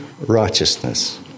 righteousness